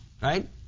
right